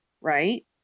right